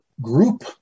group